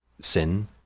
Sin